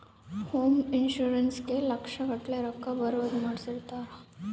home insurance ಗೇ ಲಕ್ಷ ಗಟ್ಲೇ ರೊಕ್ಕ ಬರೋದ ಮಾಡ್ಸಿರ್ತಾರ